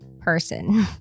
person